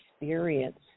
experience